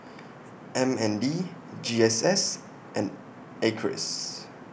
M N D G S S and Acres